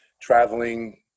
traveling